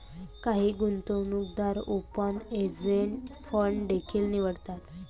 काही गुंतवणूकदार open ended fund देखील निवडतात